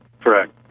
Correct